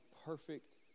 perfect